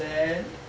then